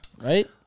right